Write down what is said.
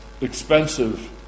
expensive